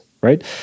right